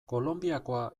kolonbiakoa